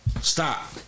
Stop